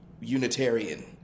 Unitarian